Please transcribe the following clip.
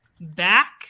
back